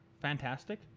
Fantastic